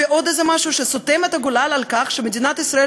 ועוד איזה משהו שסותם את הגולל על כך שמדינת ישראל,